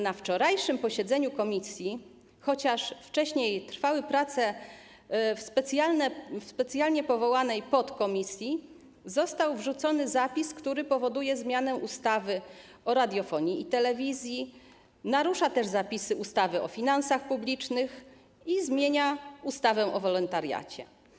Na wczorajszym posiedzeniu komisji, chociaż wcześniej trwały prace w specjalnie powołanej podkomisji, został wrzucony zapis, który powoduje zmianę ustawy o radiofonii i telewizji, narusza też zapisy ustawy o finansach publicznych i zmienia ustawę o wolontariacie.